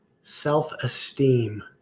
self-esteem